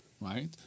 right